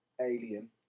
Alien